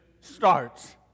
starts